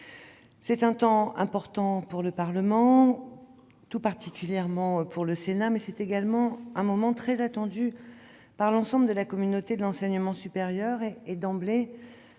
C'est un temps important pour le Parlement, tout particulièrement pour le Sénat, mais c'est également un moment très attendu par l'ensemble de la communauté de l'enseignement supérieur. D'emblée,